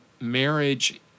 marriage